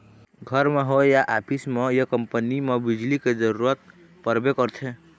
घर म होए या ऑफिस म ये कंपनी म बिजली के जरूरत परबे करथे